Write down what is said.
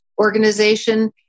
organization